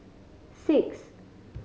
six